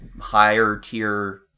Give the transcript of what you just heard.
higher-tier